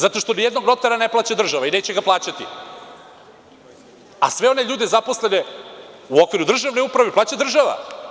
Zato što nijednog notara ne plaća država i neće ga plaćati, a sve one ljude zaposlene u okviru državne uprave plaća država.